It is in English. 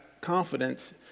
confidence